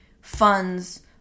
funds